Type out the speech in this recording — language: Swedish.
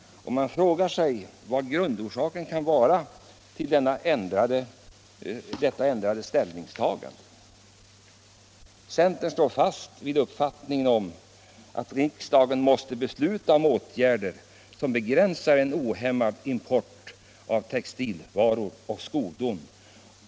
Man frågar sig vad grundorsaken kan vara till detta ändrade ställningstagande. Centern står fast vid uppfattningen att riksdagen måste besluta om åtgärder som begränsar en ohämmad import av textilvaror och skodon.